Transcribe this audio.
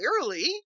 clearly